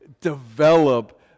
develop